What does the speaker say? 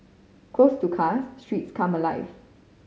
closed to cars streets come alive